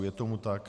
Je tomu tak?